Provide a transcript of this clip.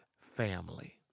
family